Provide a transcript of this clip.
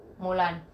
mulan